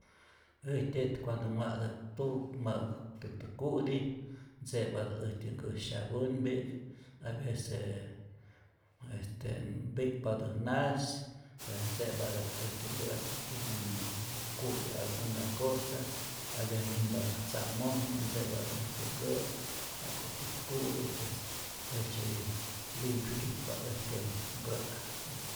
Äjtyät cuando ma'täk tu ma'äk ku ku ku'ti, ntze'patät äjtyä nkä' syapunpi'k, hay veces este mpi'kpatät nas, pues ntze'patät äjtyä nkä ja'kutyät manh ku'ti alguna cosa, hay vece minpatät tzamojmä ntze'patät äjtyä nkä' jakutyät ku'tu, pues jejtzeti limpyu itpa äjtyä nkä'.